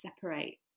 separate